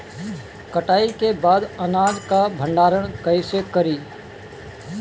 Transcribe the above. कटाई के बाद अनाज का भंडारण कईसे करीं?